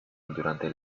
durante